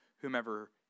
whomever